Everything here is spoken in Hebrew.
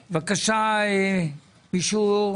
בבקשה, מישהו.